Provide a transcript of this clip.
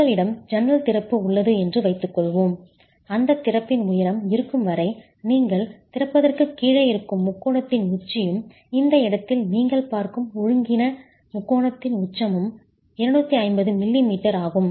உங்களிடம் ஜன்னல் திறப்பு உள்ளது என்று வைத்துக்கொள்வோம் அந்தத் திறப்பின் உயரம் இருக்கும் வரை நீங்கள் திறப்பதற்குக் கீழே இருக்கும் முக்கோணத்தின் உச்சியும் இந்த இடத்தில் நீங்கள் பார்க்கும் ஒழுங்கீன முக்கோணத்தின் உச்சமும் 250 மிமீ ஆகும்